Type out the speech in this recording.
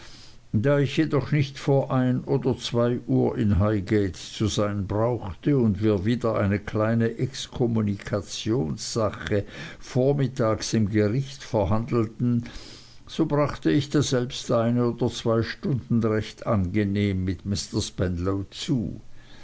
da ich jedoch nicht vor ein oder zwei uhr in highgate zu sein brauchte und wir wieder eine kleine exkommunikationssache vormittags im gericht verhandelten so brachte ich daselbst eine oder zwei stunden recht angenehm mit mr spenlow zu